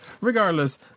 Regardless